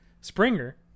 Springer